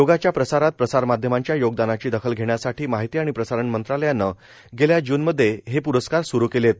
योगाच्या प्रसारात प्रसारमाध्यमांच्या योगदानाची दखल घेण्यासाठी माहिती आणि प्रसारण मंत्रालयानं गेल्या जूनमध्ये हे प्रस्कार सुरु केलेत